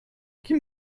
kim